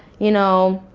you know,